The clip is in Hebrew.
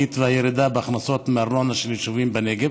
הממשלתית והירידה בהכנסות מארנונה של יישובים בנגב,